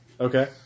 Okay